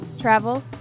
travel